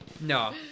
No